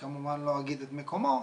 שכמובן לא אגיד את מקומו,